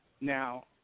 Now